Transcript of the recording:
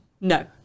no